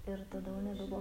ir tada tada jau nebebuvo